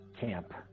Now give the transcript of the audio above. camp